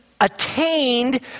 attained